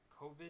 COVID